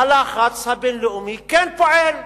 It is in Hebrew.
הלחץ הבין-לאומי כן פועל,